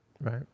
Right